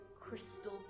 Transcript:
crystal